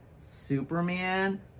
Superman